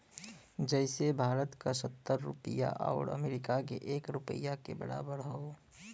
जइसे भारत क सत्तर रुपिया आउर अमरीका के एक रुपिया के बराबर हौ